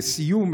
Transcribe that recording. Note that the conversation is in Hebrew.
לסיום,